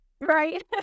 Right